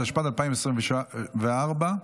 התשפ"ד 2024,